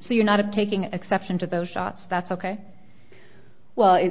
so you're not taking exception to those shots that's ok well it